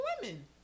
women